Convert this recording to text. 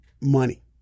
money